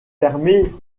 permet